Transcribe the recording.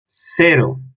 cero